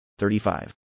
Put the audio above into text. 35